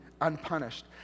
unpunished